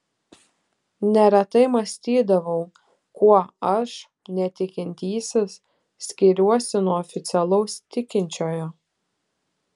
neretai mąstydavau kuo aš netikintysis skiriuosi nuo oficialaus tikinčiojo